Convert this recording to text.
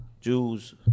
jews